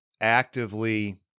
actively